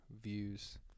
views